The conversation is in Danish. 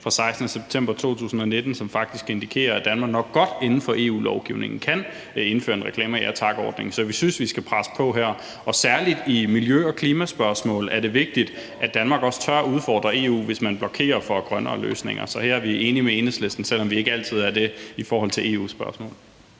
den 16. september 2019, som faktisk indikerer, at Danmark inden for EU-lovgivningen nok godt kan indføre en Reklamer Ja Tak-ordning. Så vi synes, at vi skal presse på her, og særligt i miljø- og klimaspørgsmål er det vigtigt, at Danmark også tør at udfordre EU, hvis man dér blokerer for grønne løsninger. Så her er vi enige med Enhedslisten, selv om vi ikke altid er det i forhold til EU-spørgsmål.